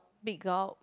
big gulp